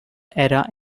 era